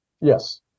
Yes